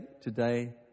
today